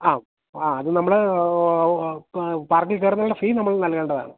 ആ ആ അതു നമ്മള് ഇപ്പോള് പാർക്കില് കയറുന്നതിനുള്ള ഫീ നമ്മൾ നൽകേണ്ടതാണ്